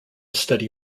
study